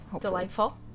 delightful